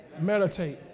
Meditate